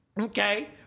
Okay